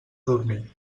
dormir